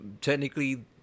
technically